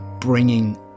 bringing